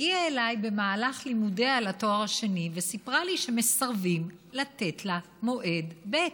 הגיעה אליי במהלך לימודיה לתואר השני וסיפרה לי שמסרבים לתת לה מועד ב'.